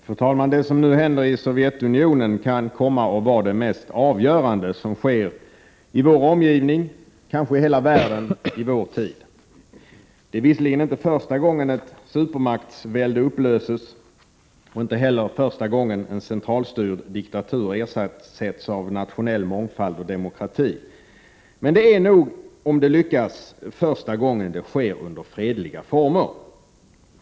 Fru talman! Det som nu händer i Sovjetunionen kan komma att vara det mest avgörande som sker i vår omgivning, kanske i hela världen i vår tid. Det är visserligen inte första gången ett supermaktsvälde upplöses och inte heller första gången en centralstyrd diktatur ersätts av nationell mångfald och demokrati. Men det är nog, om det lyckas, första gången det sker under fredliga former.